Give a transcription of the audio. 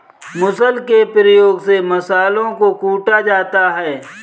मुसल के प्रयोग से मसालों को कूटा जाता है